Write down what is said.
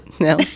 No